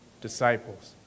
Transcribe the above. disciples